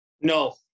No